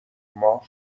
ماه